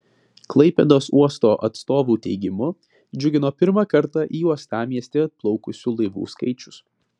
klaipėdos uosto atstovų teigimu džiugino pirmą kartą į uostamiestį atplaukusių laivų skaičius